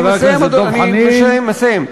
אני מסיים.